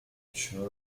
national